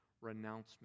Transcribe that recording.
renouncement